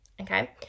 okay